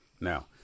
Now